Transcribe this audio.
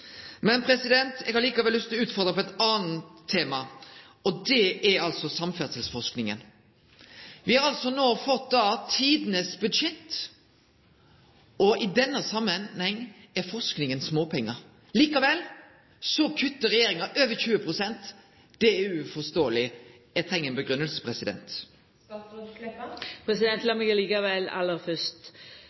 Eg har likevel lyst til å utfordre på eit anna tema, og det er samferdselsforskinga. Vi har no fått tidenes budsjett, og i denne samanhengen er forskinga småpengar. Likevel kuttar regjeringa med over 20 pst. Det er uforståeleg. Eg treng ei grunngjeving. Lat meg likevel aller fyrst